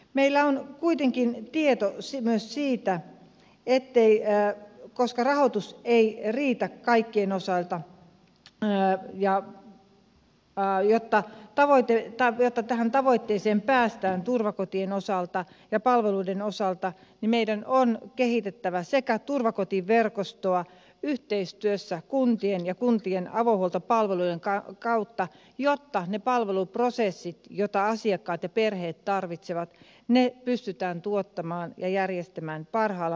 meillä on kuitenkin tieto myös siitä että koska rahoitus ei riitä kaikkien osalta niin jotta tähän tavoitteeseen päästään turvakotien osalta ja palveluiden osalta meidän on kehitettävä turvakotiverkostoa yhteistyössä kuntien kanssa ja kuntien avohuoltopalveluiden kautta jotta ne palveluprosessit joita asiakkaat ja perheet tarvitsevat pystytään tuottamaan ja järjestämään parhaalla mah dollisella tavalla